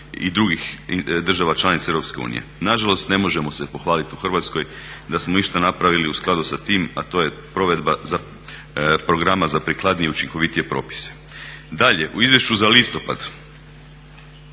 i drugih država članica Europske unije. Nažalost, ne možemo se pohvalit u Hrvatskoj da smo išta napravili u skladu sa tim, a to je provedba programa za prikladnije i učinkovite propise. Dalje, u izvješću za listopad